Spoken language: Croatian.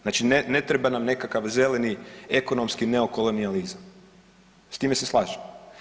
Znači ne treba nam nekakav zeleni ekonomski neokolonijalizam, s time se slažem.